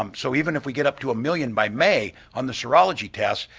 um so even if we get up to a million by may on the serlg tests,